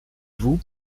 vous